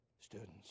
Students